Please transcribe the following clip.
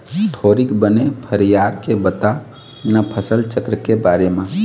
थोरिक बने फरियार के बता न फसल चक्र के बारे म